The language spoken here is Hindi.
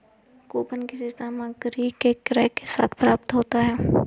कूपन किसी सामग्री के क्रय के साथ प्राप्त होता है